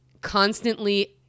constantly